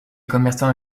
commerçants